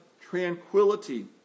tranquility